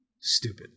stupid